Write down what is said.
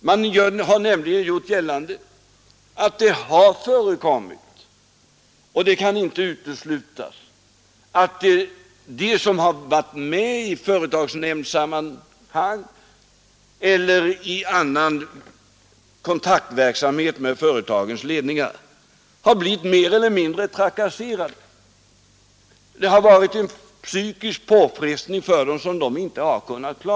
Man har nämligen gjort gällande att det har förekommit — vilket inte kan uteslutas — att de som har varit med i fö företagets ledning har blivit mer eller mindre trakasserade. Detta har varit en psykisk påfrestning för dem, som de inte har kunnat klara.